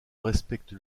respecte